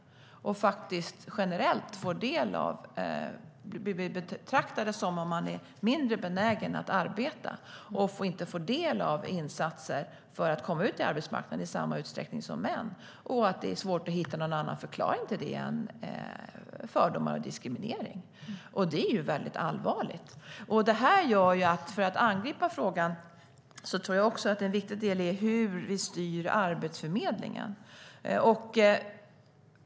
De betraktas som om de är mindre benägna att arbeta och får inte del av insatser för att komma ut på arbetsmarknaden i samma utsträckning som män. Det är svårt att hitta någon annan förklaring till det än fördomar och diskriminering, och det är väldigt allvarligt. För att angripa frågan tror jag att en viktig del är hur vi styr Arbetsförmedlingen.